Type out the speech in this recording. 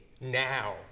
now